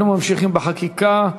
אנחנו ממשיכים בחקיקה.